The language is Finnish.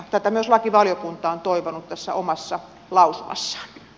tätä myös lakivaliokunta on toivonut tässä omassa lausumassaan